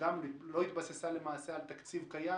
לא התבססה על תקציב קיים?